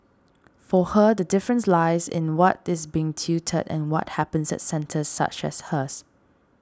for her the difference lies in what is being tutored and what happens at centres such as hers